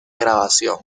grabación